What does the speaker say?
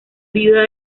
viuda